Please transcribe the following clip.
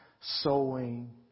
Sowing